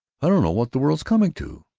i don't know what the world's coming to,